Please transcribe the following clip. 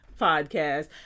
podcast